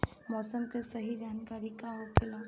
मौसम के सही जानकारी का होखेला?